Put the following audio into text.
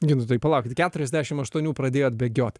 gintautai palaukit keturiasdešimt aštuonių pradėjot bėgiot